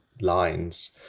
lines